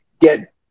get